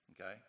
okay